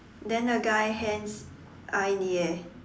then the guy hands are in the air